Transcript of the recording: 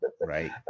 Right